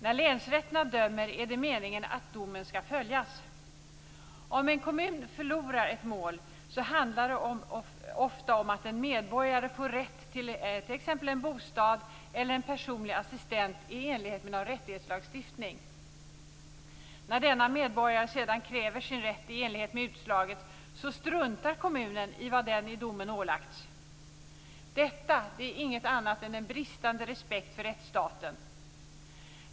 När länsrätterna dömer är det meningen att domen skall följas. Om en kommun förlorar ett mål handlar det ofta om att en medborgare får rätt till t.ex. en bostad eller en personlig assistent i enlighet med någon rättighetslagstiftning. När denna medborgare sedan kräver sin rätt i enlighet med utslaget struntar kommunen i vad den i domen ålagts. Detta är inget annat än en bristande respekt för rättsstaten.